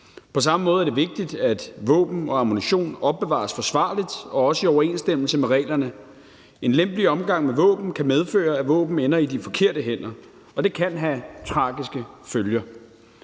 På samme måde er det vigtigt, at våben og ammunition opbevares forsvarligt og også i overensstemmelse med reglerne. En lempelig omgang med våben kan medføre, at våben ender i de forkerte hænder, og det kan have tragiske følger.